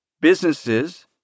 businesses